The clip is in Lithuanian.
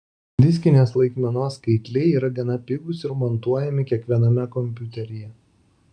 diskinės laikmenos skaitliai yra gana pigūs ir montuojami kiekviename kompiuteryje